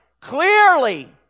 clearly